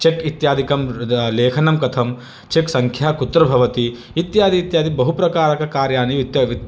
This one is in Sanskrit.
चेक् इत्यादिकं लेखनं चेक् सङ्ख्या कुत्र भवति इत्यादि इत्यादि बहुप्रकारककार्यानि वित्त वित्त